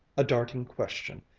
a darting question,